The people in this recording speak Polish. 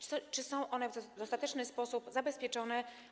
Czy są one w dostateczny sposób zabezpieczone?